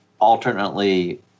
alternately